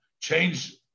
change